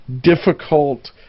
difficult